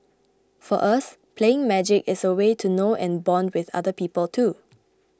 for us playing Magic is a way to know and bond with other people too